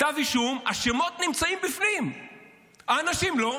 כתב אישום, השמות נמצאים בפנים, האנשים לא.